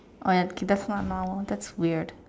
oh ya okay that's not normal that's weird